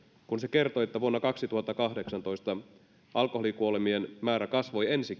kun se kertoi että vuonna kaksituhattakahdeksantoista alkoholikuolemien määrä kasvoi ensi